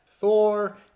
thor